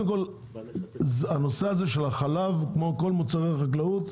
בנושא החלב, כמו כל נושא החקלאות,